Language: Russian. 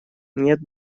нет